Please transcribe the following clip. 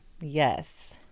Yes